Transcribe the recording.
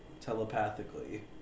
telepathically